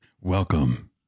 welcome